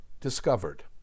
discovered